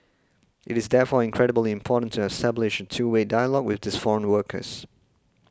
it is therefore incredibly important to establish two way dialogue with these foreign workers